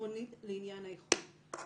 עקרונית לעניין האיחוד.